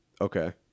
Okay